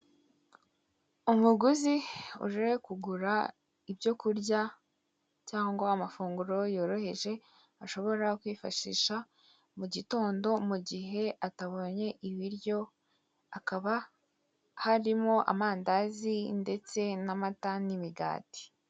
Umuguzi uje kugura ibyo kurya cyangwa amafunguro yoroheje ashobora kwifashisha mugitondo mu gihe atabonye, ibiryo hakaba harimo amandazi ndetse n'amata n'imigati.